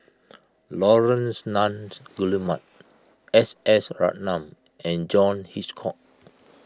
Laurence Nunns Guillemard S S Ratnam and John Hitchcock